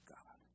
God